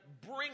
bring